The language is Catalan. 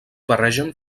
barregen